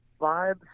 vibes